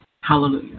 Hallelujah